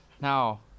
now